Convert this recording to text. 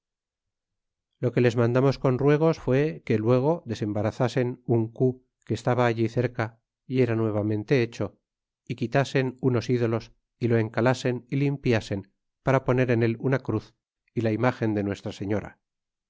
lo que les mandamos con ruegos fué que luego desembarazasen un cu que estaba allí cerca y era nuevamente hecho é quitasen unos ídolos y lo encalasen y limpiasen para poner en el una cruz y la imagen de nuestra señora